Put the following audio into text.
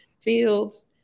fields